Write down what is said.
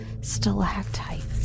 stalactites